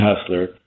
hustler